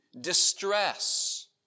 Distress